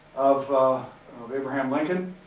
of of abraham lincoln.